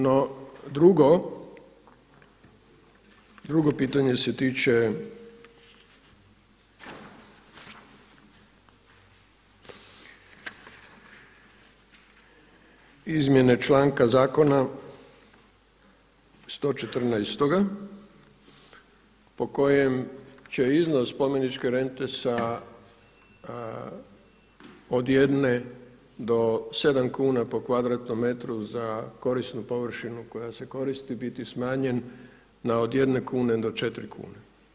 No drugo, drugo pitanje se tiče izmjene članka zakona 114. po kojem će iznos spomeničke rente sa, od 1 do 7 kuna po kvadratnom metru za korisnu površinu koja se koristi biti smanjen na od 1 kune do 4 kune.